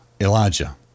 Elijah